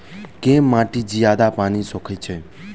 केँ माटि जियादा पानि सोखय छै?